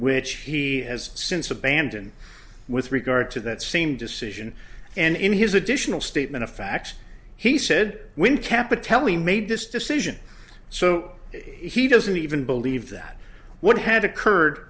which he has since abandoned with regard to that same decision and in his additional statement of facts he said when capital we made this decision so he doesn't even believe that what had occurred